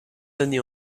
années